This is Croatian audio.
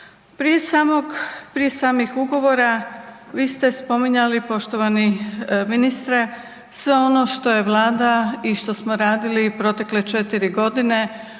prije samih ugovora vi ste spominjali poštovani ministre sve ono što je vlada i što smo radili protekle 4.g. i na